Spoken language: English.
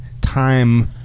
time